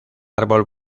árbol